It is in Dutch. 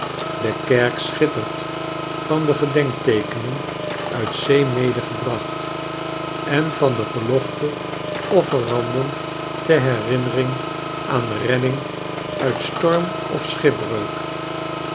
de kerk schittert van de gedenkteekenen uit zee medegebracht en van de gelofte offeranden ter herinnering aan redding uit storm of